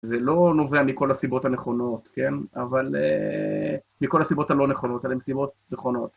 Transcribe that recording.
זה לא נובע מכל הסיבות הנכונות, כן? אבל מכל הסיבות הלא נכונות, אלא עם סיבות נכונות.